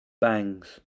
bangs